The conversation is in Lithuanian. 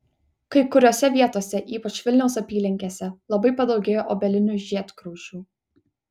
kai kuriose vietose ypač vilniaus apylinkėse labai padaugėjo obelinių žiedgraužių